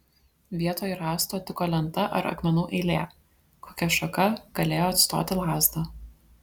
vietoj rąsto tiko lenta ar akmenų eilė kokia šaka galėjo atstoti lazdą